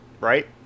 right